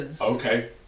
Okay